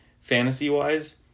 fantasy-wise